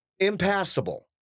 Impassable